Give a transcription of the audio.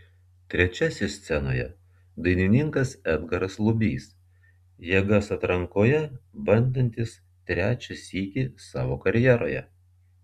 trečiasis scenoje dainininkas edgaras lubys jėgas atrankoje bandantis trečią sykį savo karjeroje